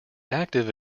active